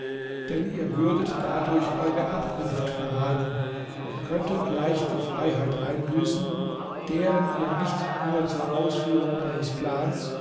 denn ihr würdet dadurch eure abkunft verraten und könntet leicht die freiheit einbüßen deren ihr nicht nur zur ausführung eures plans